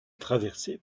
traversé